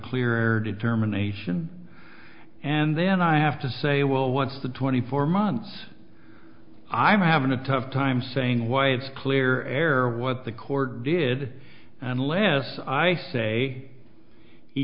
clearer determination and then i have to say well what's the twenty four months i'm having a tough time saying why it's clear error what the court did unless i say he